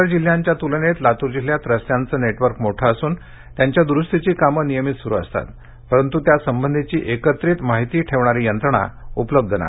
इतर जिल्ह्यांच्या तुलनेत लातूर जिल्हयात रस्त्यांचं नेटवर्क मोठं असून त्यांच्या दुरूस्तीची कामं नियमित सुरू असतात परंतु त्या संबधीची एकत्रित माहिती ठेवणारी यंत्रणा उपलब्ध नाही